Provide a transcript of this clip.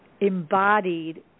embodied